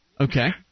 Okay